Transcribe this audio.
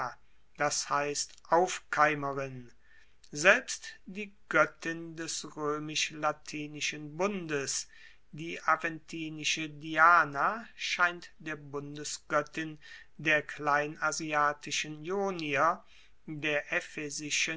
dass heisst aufkeimerin selbst die goettin des roemisch latinischen bundes die aventinische diana scheint der bundesgoettin der kleinasiatischen ionier der